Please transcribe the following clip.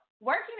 working